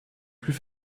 plus